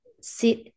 sit